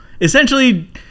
Essentially